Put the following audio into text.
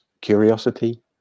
curiosity